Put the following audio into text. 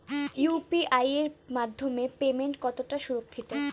UPI এর মাধ্যমে payment কতটা সুরক্ষিত?